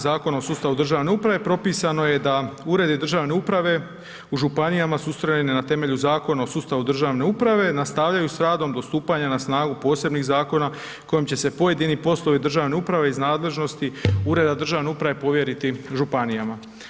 Zakona o sustavu državne uprave propisano je da uredi državne uprave u županijama su ustrojeni na temelju Zakona o sustavu državne uprave nastavljaju s radom do stupanja na snagu posebnih zakona kojim će se pojedini poslovi državne uprave iz nadležnosti ureda državne uprave povjeriti županijama.